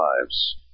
lives